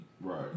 Right